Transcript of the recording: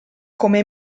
come